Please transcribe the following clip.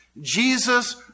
Jesus